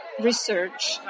research